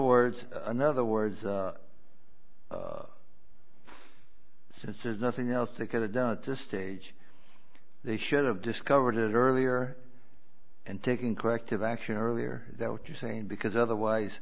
words in other words since there's nothing else they could have done at this stage they should have discovered earlier and taking corrective action earlier that what you're saying because otherwise